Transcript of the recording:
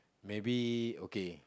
maybe okay